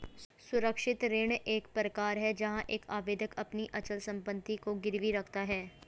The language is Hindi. सुरक्षित ऋण एक प्रकार है जहां एक आवेदक अपनी अचल संपत्ति को गिरवी रखता है